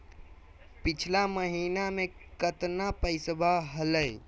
पिछला महीना मे कतना पैसवा हलय?